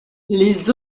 les